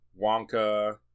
Wonka